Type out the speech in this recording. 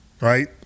right